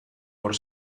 por